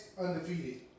undefeated